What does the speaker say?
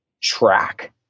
track